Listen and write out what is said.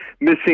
missing